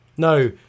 No